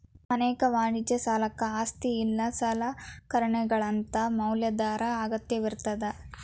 ಅನೇಕ ವಾಣಿಜ್ಯ ಸಾಲಕ್ಕ ಆಸ್ತಿ ಇಲ್ಲಾ ಸಲಕರಣೆಗಳಂತಾ ಮ್ಯಾಲಾಧಾರ ಅಗತ್ಯವಿರ್ತದ